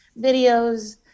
videos